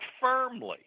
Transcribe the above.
firmly